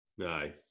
Aye